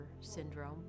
syndrome